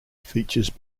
features